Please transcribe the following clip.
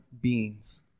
beings